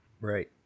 Right